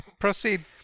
Proceed